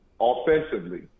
offensively